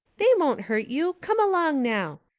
they won't hurt you. come along, now.